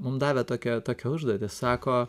mum davė tokią tokią užduotį sako